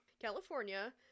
California